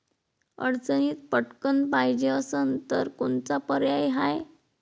अडचणीत पटकण पायजे असन तर कोनचा पर्याय हाय?